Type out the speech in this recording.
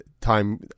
time